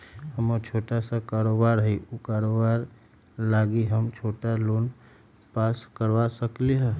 हमर छोटा सा कारोबार है उ कारोबार लागी हम छोटा लोन पास करवा सकली ह?